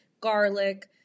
garlic